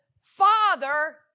father